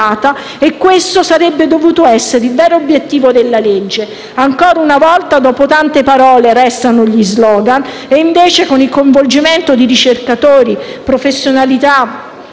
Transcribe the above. questo avrebbe dovuto essere il vero obiettivo della legge. Ancora una volta, dopo tante parole, restano gli slogan; invece, con il coinvolgimento di ricercatori, professionalità